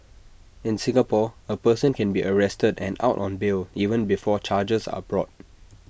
in Singapore A person can be arrested and out on bail even before charges are brought